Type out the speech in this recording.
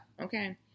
Okay